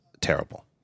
terrible